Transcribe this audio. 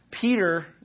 Peter